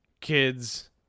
kids